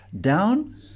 down